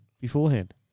beforehand